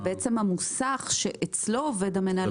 זה בעצם המוסך אצלו עובד המנהל.